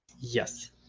Yes